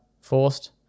forced